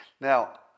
Now